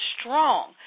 strong